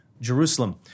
Jerusalem